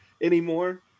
anymore